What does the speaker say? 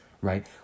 right